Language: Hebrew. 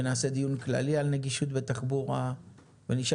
ונעשה דיון כללי על נגישות בתחבורה ונשאל